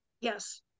Yes